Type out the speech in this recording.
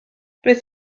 beth